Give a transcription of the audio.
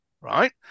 right